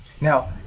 Now